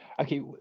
okay